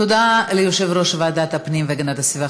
תודה ליושב-ראש ועדת הפנים והגנת הסביבה,